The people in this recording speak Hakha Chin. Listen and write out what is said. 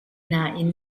nain